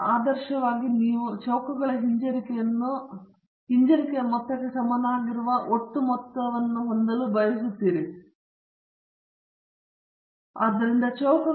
ಆದರ್ಶವಾಗಿ ನೀವು ಚೌಕಗಳ ಹಿಂಜರಿಕೆಯನ್ನು ಮೊತ್ತಕ್ಕೆ ಸಮನಾಗಿರುವ ಒಟ್ಟು ಮೊತ್ತದ ಮೊತ್ತವನ್ನು ಹೊಂದಲು ಬಯಸುತ್ತೀರಿ ಆದರೆ ಇದು ಒಟ್ಟು ಮೊತ್ತದ ಮೊತ್ತವು ಸಾಮಾನ್ಯವಾಗಿ ನಮ್ಮ ರಿಗ್ರೆಷನ್ ಸ್ಕ್ವೇರ್ಗಳ ಮೊತ್ತವನ್ನು ಮೀರುತ್ತದೆ ಮತ್ತು ಅವರಿಗಿಂತ ಹೆಚ್ಚು ವ್ಯತ್ಯಾಸವನ್ನು ಉಂಟುಮಾಡುತ್ತದೆ ಯಾದೃಚ್ಛಿಕ ಅಂಶದಿಂದ ದೋಷ ಹೆಚ್ಚಿನ ಕೊಡುಗೆಯಾಗಿದೆ